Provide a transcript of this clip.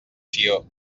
sió